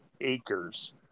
acres